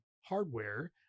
hardware